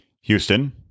Houston